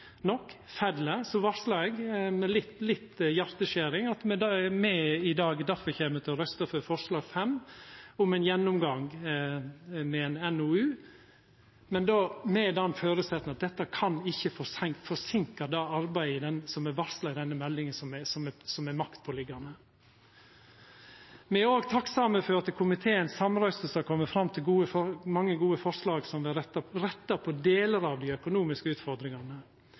nok fell, varslar eg, med litt skjer hjartet, at me i dag derfor kjem til å røysta for forslag nr. 5 om ein gjennomgang med ein NOU, men då med den føresetnaden at dette ikkje kan forseinka det arbeidet som er varsla i denne meldinga, og som er maktpåliggjande. Me er òg takksame for at komiteen samrøystes har kome fram til mange gode forslag som rettar på delar av dei økonomiske utfordringane.